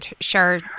sure